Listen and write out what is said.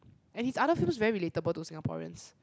and his other films very relatable to Singaporeans